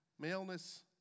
Maleness